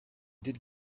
did